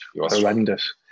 horrendous